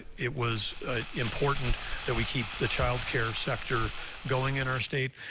it was important that we keep the child care sector going in our state.